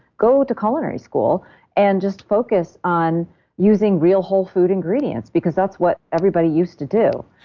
go to culinary school and just focus on using real whole food ingredients because that's what everybody used to do